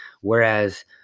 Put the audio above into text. whereas